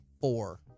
four